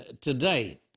today